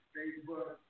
Facebook